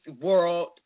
World